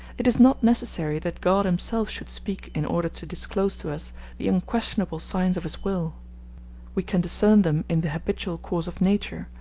it is not necessary that god himself should speak in order to disclose to us the unquestionable signs of his will we can discern them in the habitual course of nature,